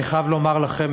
אני חייב לומר לכם